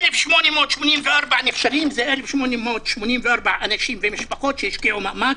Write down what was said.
1,884 נכשלים זה 1,884 אנשים ומשפחות שהשקיעו מאמץ,